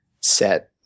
set